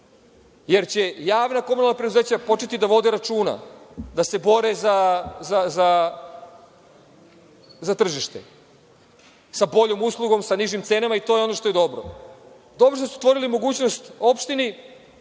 jer će javna komunalna preduzeća početi da vode računa, da se bore za tržište, sa boljom uslugom, sa nižim cenama i to je ono što je dobro. Dobro je što ste otvorili mogućnost opštini